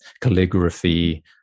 calligraphy